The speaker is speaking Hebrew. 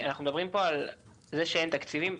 אנחנו מדברים פה על כך שאין תקציבים.